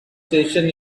station